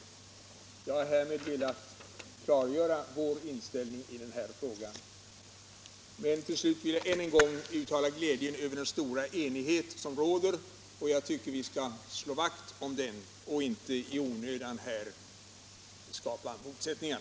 Jag har med dessa referat velat klargöra moderaternas inställning i den här frågan. Till slut vill jag än en gång uttala glädje över den stora enighet som råder här om det väsentliga i den nya kommunallagen. Jag tycker vi skall slå vakt om den enigheten och inte i onödan skapa motsättningar.